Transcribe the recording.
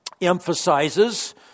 emphasizes